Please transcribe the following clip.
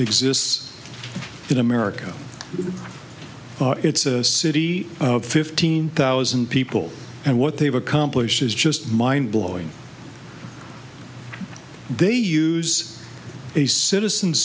exists in america it's a city of fifteen thousand people and what they've accomplished is just mind blowing they use a citizen